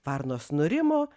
varnos nurimo